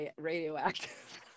radioactive